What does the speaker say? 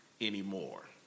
anymore